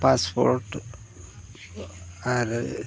passport